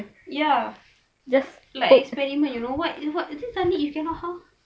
ya just like experiment you know what you just suddenly you cannot how